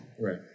Right